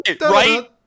Right